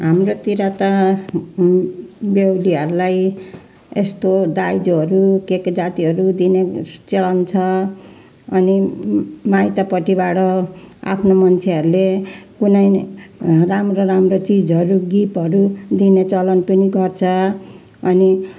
हाम्रोतिर त बेहुलीहरूलाई यस्तो दाइजोहरू के के जातिहरू दिने चलन छ अनि माइतपट्टिबाट आफ्नो मान्छेहरूले कुनै राम्रो राम्रो चिजहरू गिफ्टहरू दिने चलन पनि गर्छ अनि